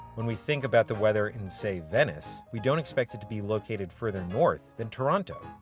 when we think about the weather in say, venice, we don't expect it to be located further north than toronto,